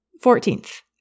Fourteenth